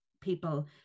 people